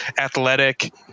athletic